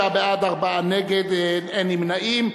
29 בעד, ארבעה נגד, אין נמנעים.